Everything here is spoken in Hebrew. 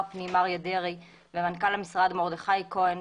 הפנים אריה דרעי ומנכ"ל המשרד מרדכי כהן,